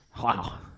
Wow